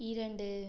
இரண்டு